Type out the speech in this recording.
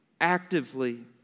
actively